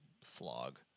slog